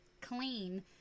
clean